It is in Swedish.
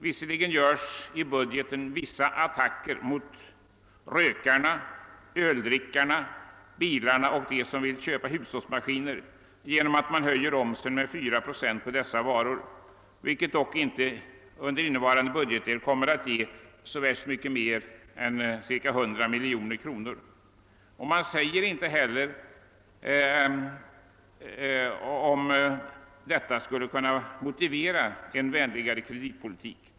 Visserligen görs det i budgeten vissa attacker mot rökarna, öldrickarna, bilköparna och de människor som vill köpa hushållsmaskiner genom att momsen höjs med 4 procent på dessa varor, men det ger under innevarande budgetår inte mycket mer än 100 miljoner kronor. Finansministern säger heller inte att detta skulle motivera en vänligare kreditpolitik.